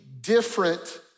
different